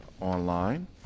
online